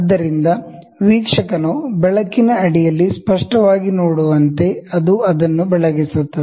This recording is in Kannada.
ಆದ್ದರಿಂದ ವೀಕ್ಷಕನು ಬೆಳಕಿನ ಅಡಿಯಲ್ಲಿ ಸ್ಪಷ್ಟವಾಗಿ ನೋಡುವಂತೆ ಅದು ಅದನ್ನು ಬೆಳಗಿಸುತ್ತದೆ